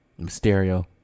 Mysterio